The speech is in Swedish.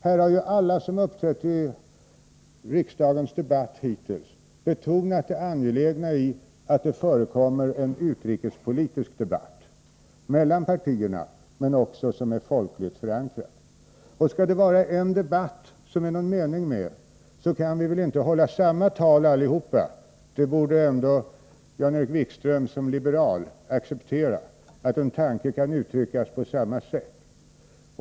Alla som hittills har uppträtt i denna debatt har betonat det angelägna i att det förekommer en utrikespolitisk debatt mellan partierna, men också en debatt som är folkligt förankrad. Skall det vara någon mening med en fri debatt, kan vi inte hålla samma tal allesammans. Jan-Erik Wikström borde som liberal acceptera att en tanke kan uttryckas på olika sätt.